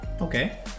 Okay